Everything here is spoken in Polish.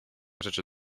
rzeczy